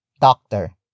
doctor